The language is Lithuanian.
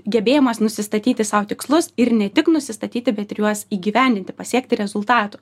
gebėjimas nusistatyti sau tikslus ir ne tik nusistatyti bet ir juos įgyvendinti pasiekti rezultatų